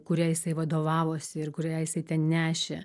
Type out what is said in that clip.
kuriai jisai vadovavosi ir kurią jisai ten nešė